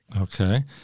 Okay